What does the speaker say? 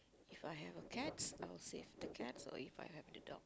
If I have a cats I would save the cats or If I have the dog